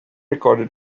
recorded